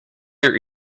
your